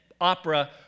opera